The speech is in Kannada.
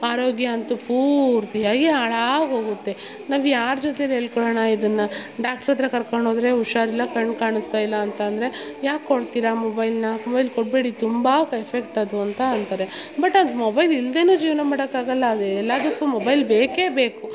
ಆರೋಗ್ಯ ಅಂತು ಪೂರ್ತಿಯಾಗಿ ಹಾಳಾಗೋಗುತ್ತೆ ನಾವು ಯಾರ ಜೊತೆಲಿ ಹೇಳ್ಕೊಳೊಣಾ ಇದನ್ನು ಡಾಕ್ಟ್ರತ್ರ ಕರ್ಕೊಂಡೋದರೆ ಹುಷಾರಿಲ್ಲ ಕಣ್ಣು ಕಾಣಿಸ್ತಾ ಇಲ್ಲ ಅಂತ ಅಂದರೆ ಯಾಕೆ ಕೊಡ್ತೀರ ಮೊಬೈಲ್ನ ಮೊಬೈಲ್ ಕೊಡ್ಬೇಡಿ ತುಂಬ ಕೆಟ್ಟದ್ದದು ಅಂತ ಅಂತಾರೆ ಬಟ್ ಅದು ಮೊಬೈಲ್ ಇಲ್ಲದೇನು ಜೀವನ ಮಾಡೋಕ್ಕಾಗಲ್ಲ ಅಲ್ಲವ ಎಲ್ಲಾದಕ್ಕೂ ಮೊಬೈಲ್ ಬೇಕೇ ಬೇಕು